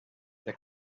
the